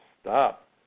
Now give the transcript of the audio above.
Stop